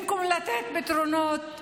במקום לתת פתרונות ריאליים,